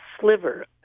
sliver